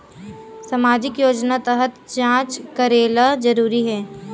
सामजिक योजना तहत जांच करेला जरूरी हे